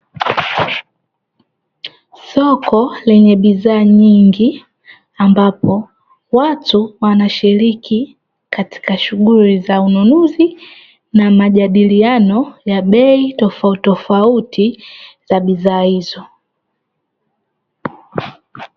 Soko lenye bidhaa nyingi, ambapo watu wanashiriki katika shughuli za ununuzi na majadiliano, ya bei tofautitofauti za bidhaa hizo.